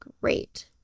Great